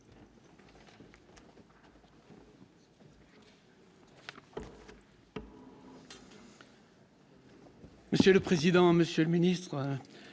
Monsieur le président, Monsieur le Ministre,